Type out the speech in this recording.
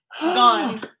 Gone